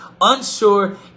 Unsure